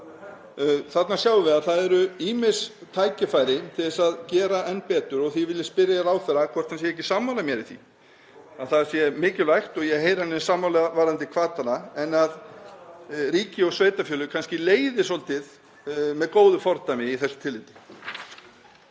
Þarna sjáum við að það eru ýmis tækifæri til að gera enn betur. Því vil ég spyrja ráðherrann hvort hann sé ekki sammála mér í því að það sé mikilvægt, og ég heyri að hann er sammála varðandi hvatana, að ríki og sveitarfélög kannski leiði svolítið með góðu fordæmi í þessu tilliti.